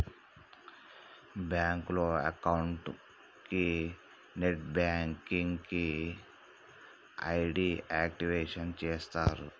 బ్యాంకులో అకౌంట్ కి net banking కి ఐడి యాక్టివేషన్ చేస్తరు